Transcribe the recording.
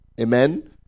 Amen